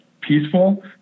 peaceful